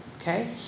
Okay